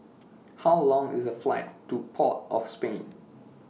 How Long IS A Flight to Port of Spain